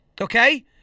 Okay